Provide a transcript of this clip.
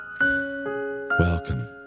Welcome